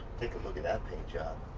take a look at that paint job.